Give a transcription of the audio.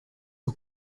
aux